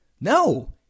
No